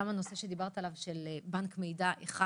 גם הנושא שדיבר עליו של בנק מידע אחד,